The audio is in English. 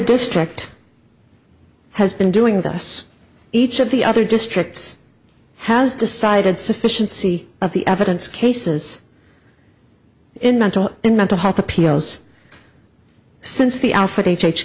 district has been doing this each of the other districts has decided sufficiency of the evidence cases in mental and mental health appeals since the al